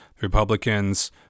Republicans